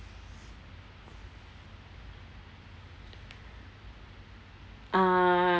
uh